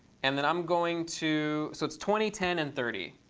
and then i'm going to so, it's twenty, ten, and thirty.